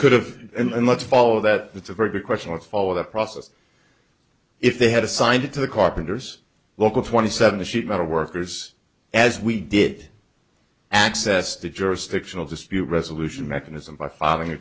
could have and let's follow that it's a very good question let's follow the process if they had assigned it to the carpenters local twenty seven a sheet metal workers as we did access to jurisdictional dispute resolution mechanism by filing a